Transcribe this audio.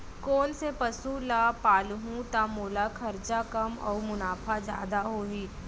कोन से पसु ला पालहूँ त मोला खरचा कम अऊ मुनाफा जादा होही?